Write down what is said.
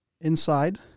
Inside